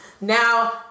now